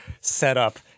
setup